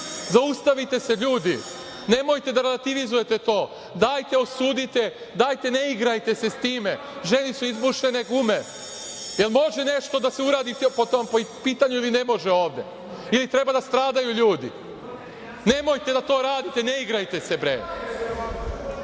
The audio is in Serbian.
zaustavite se ljudi, nemojte da relativizujete to. Dajte, osudite, dajte, ne igrajte se sa time. Ženi su izbušene gume, jel može nešto da se uradi po tom pitanju ovde, ili ne može, ili treba da stradaju ljudi? Nemojte to da radite, ne igrajte se, bre.